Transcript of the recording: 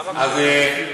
למה כספים?